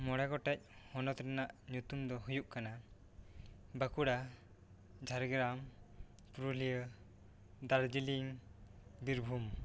ᱢᱚᱬᱮ ᱜᱚᱴᱮᱡ ᱦᱚᱱᱚᱛ ᱨᱮᱱᱟᱜ ᱧᱩᱛᱩᱢ ᱫᱚ ᱦᱩᱭᱩᱜ ᱠᱟᱱᱟ ᱵᱟᱸᱠᱩᱲᱟ ᱡᱷᱟᱲᱜᱨᱟᱢ ᱯᱩᱨᱩᱞᱤᱭᱟᱹ ᱫᱟᱨᱡᱤᱞᱤᱝ ᱵᱤᱨᱵᱷᱩᱢ